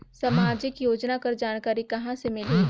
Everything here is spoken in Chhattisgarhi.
समाजिक योजना कर जानकारी कहाँ से मिलही?